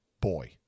boy